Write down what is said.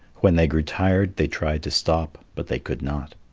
when they grew tired, they tried to stop, but they could not.